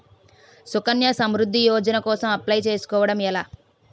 సుకన్య సమృద్ధి యోజన కోసం అప్లయ్ చేసుకోవడం ఎలా?